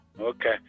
Okay